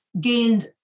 gained